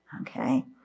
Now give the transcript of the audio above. Okay